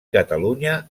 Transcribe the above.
catalunya